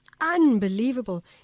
unbelievable